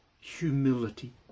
humility